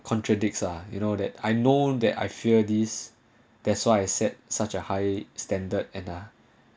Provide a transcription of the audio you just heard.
contradicts ah you know that I know that I fear this that's why I set such a high standard and ah